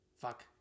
Fuck